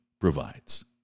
provides